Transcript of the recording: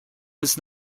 was